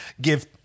give